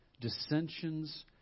dissensions